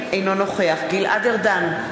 אינו נוכח גלעד ארדן,